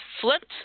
Flipped